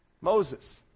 Moses